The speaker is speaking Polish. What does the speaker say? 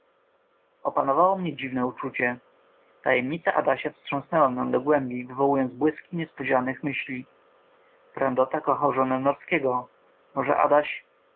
opanowało mnie dziwne uczucie tajemnica adasia wstrząsnęła mną do głębi wywołując błyski niespodzianych myśli prandota kochał żonę norskiego może adaś